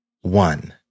One